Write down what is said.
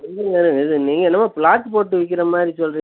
இருங்க இருங்க இது நீங்கள் என்னமோ ப்ளாட் போட்டு விற்கிற மாதிரி சொல்கிறீங்க